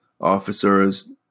officers